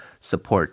support